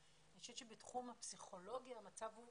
אני חושבת שבתחום הפסיכולוגיה המצב הוא